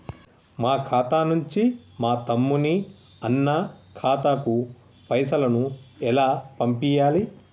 మా ఖాతా నుంచి మా తమ్ముని, అన్న ఖాతాకు పైసలను ఎలా పంపియ్యాలి?